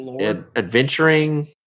adventuring